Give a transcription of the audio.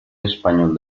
español